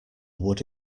would